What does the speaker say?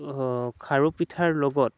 খাৰু পিঠাৰ লগত